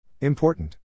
Important